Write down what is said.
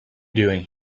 doing